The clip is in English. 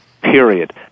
Period